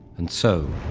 and so,